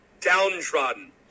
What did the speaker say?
downtrodden